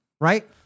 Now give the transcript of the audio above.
Right